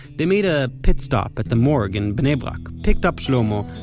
they made a pitstop at the morgue in bnei brak, picked up shlomo,